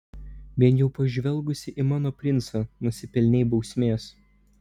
vien jau pažvelgusi į mano princą nusipelnei bausmės